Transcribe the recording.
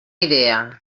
idea